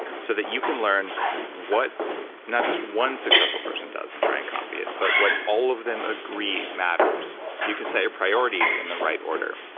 so that you can learn what not just one successful person does and try and copy it, but what all of them agree matters. so you can set your priorities in the right order.